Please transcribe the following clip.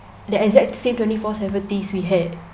the exact same twenty four seven days we had